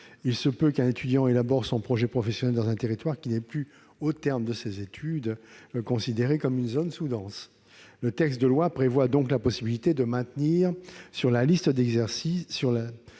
il se peut qu'un étudiant élabore son projet professionnel dans un territoire qui n'est plus, au terme de ses études, considéré comme une zone sous-dotée. Le projet de loi prévoit la possibilité de maintenir sur la liste des lieux